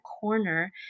corner